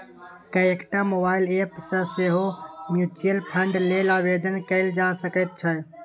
कएकटा mobile app सँ सेहो म्यूचुअल फंड लेल आवेदन कएल जा सकैत छै